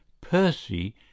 Percy